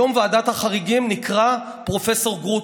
היום ועדת החריגים נקראת "פרופ' גרוטו".